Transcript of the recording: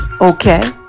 Okay